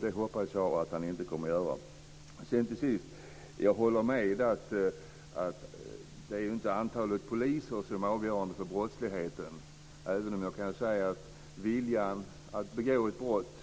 Det hoppas jag att han inte kommer att göra. Jag håller med om att det inte är antalet poliser som är avgörande för brottsligheten, även om viljan att begå ett brott